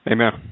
Amen